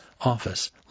office